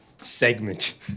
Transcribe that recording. Segment